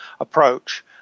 approach